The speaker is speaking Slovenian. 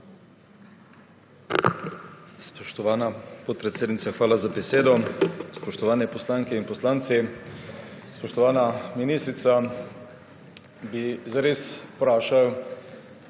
Spoštovana podpredsednica, hvala za besedo. Spoštovani poslanke in poslanci, spoštovana ministrica! Bi zares vprašal